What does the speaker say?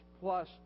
plus